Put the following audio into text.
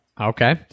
Okay